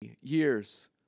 years